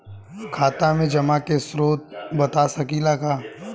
खाता में जमा के स्रोत बता सकी ला का?